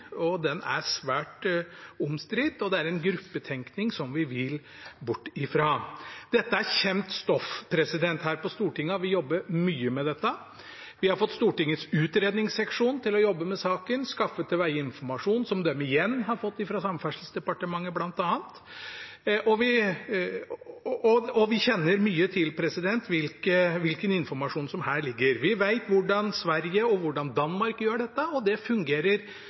og den er svært omstridt, og det er en gruppetenkning som vi vil bort fra. Dette er kjent stoff. Her på Stortinget har vi jobbet mye med dette. Vi har fått Stortingets utredningsseksjon til å jobbe med saken, skaffe til veie informasjon, som de igjen har fått fra bl.a. Samferdselsdepartementet, og vi kjenner mye til hvilken informasjon som ligger her. Vi vet hvordan Sverige og hvordan Danmark gjør dette, og det fungerer